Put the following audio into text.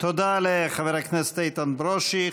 תודה לחבר הכנסת איתן ברושי.